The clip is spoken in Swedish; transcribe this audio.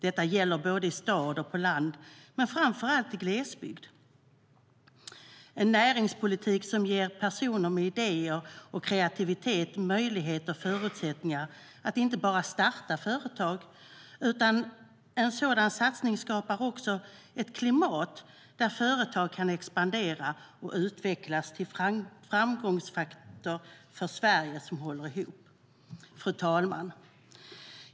Detta gäller både i stad och på land, men framför allt i glesbygd. Det är en näringspolitik som inte bara ger personer med idéer och kreativitet möjlighet och förutsättningar att starta företag, utan en sådan satsning skapar också ett klimat där företag kan expandera och utvecklas till framgångsfaktorer för ett Sverige som håller ihop. Fru talman!